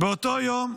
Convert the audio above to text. סליחה,